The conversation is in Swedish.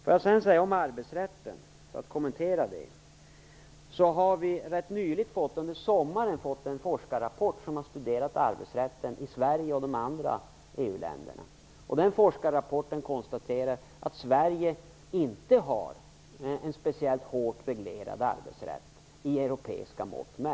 Jag vill sedan kommentera frågan om arbetsrätten. Det kom under sommaren en forskningsrapport som har studerat arbetsrätten i Sverige och övriga EU länder. Forskningsrapporten konstaterar att Sverige inte har en speciellt hårt reglerad arbetsrätt, mätt med europeiska mått.